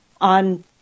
on